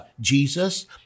Jesus